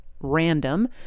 Random